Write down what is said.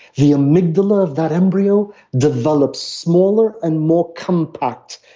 the amygdala, that embryo develops smaller and more compact.